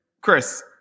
Chris